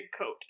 coat